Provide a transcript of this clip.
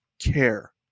care